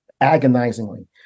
agonizingly